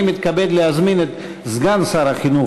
אני מתכבד להזמין את סגן שר החינוך,